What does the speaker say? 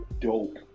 dope